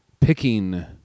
picking